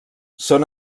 són